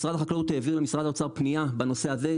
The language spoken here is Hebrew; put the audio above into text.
משרד החקלאות העביר למשרד האוצר פנייה בנושא הזה,